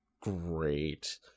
great